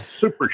Super